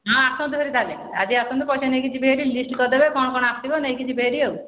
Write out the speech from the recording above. ହଁ ଆସନ୍ତୁ ହେରି ତା'ହେଲେ ଆଜି ଆସନ୍ତୁ ପଇସା ନେଇକି ଯିବେ ହେରି ଲିଷ୍ଟ କରିଦେବେ କ'ଣ କ'ଣ ଆସିବ ନେଇକି ଯିବେହେରି ଆଉ